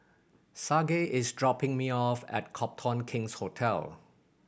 sage is dropping me off at Copthorne King's Hotel